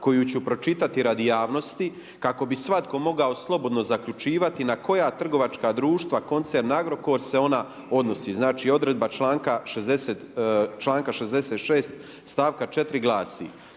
koju ću pročitati radi javnosti kako bi svatko morao slobodno zaključivati na koja trgovačka društva koncern Agrokor se ona odnosi. Znači, odredba članka 66. stavka 4. glasi: